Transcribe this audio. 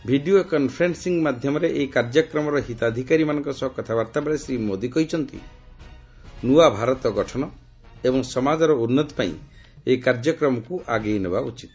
video conferencing ମାଧ୍ୟମରେ ଏହି କାର୍ଯ୍ୟକ୍ମର ହିତାଧିକାରୀମାନଙ୍କ ସହ କଥାବାର୍ତ୍ତା ବେଳେ ଶ୍ରୀ ମୋଦି କହିଛନ୍ତି ନ୍ତ୍ରଆ ଭାରତ ଗଠନ ଏବଂ ସମାଜର ଉନ୍ନତି ପାଇଁ ଏହି କାର୍ଯ୍ୟକ୍ରମକୁ ଆଗେଇନେବା ଉଚିତ